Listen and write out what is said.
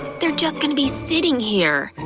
they're just gonna be sitting here.